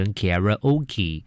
karaoke